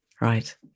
right